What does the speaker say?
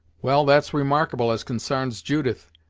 well, that's remarkable as consarns judith!